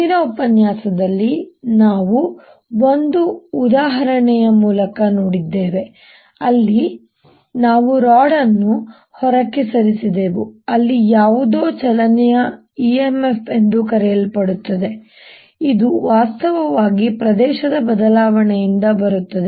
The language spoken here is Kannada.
ಹಿಂದಿನ ಉಪನ್ಯಾಸದಲ್ಲಿ ನಾವು ಒಂದು ಉದಾಹರಣೆಯ ಮೂಲಕ ನೋಡಿದ್ದೇವೆ ಅಲ್ಲಿ ನಾವು ರಾಡ್ ಅನ್ನು ಹೊರಕ್ಕೆ ಸರಿಸಿದೆವು ಅಲ್ಲಿ ಯಾವುದೋ ಚಲನೆಯ EMF ಎಂದು ಕರೆಯಲ್ಪಡುತ್ತದೆ ಇದು ವಾಸ್ತವವಾಗಿ ಪ್ರದೇಶದ ಬದಲಾವಣೆಯಿಂದ ಬರುತ್ತದೆ